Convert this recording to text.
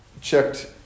checked